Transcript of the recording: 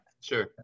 sure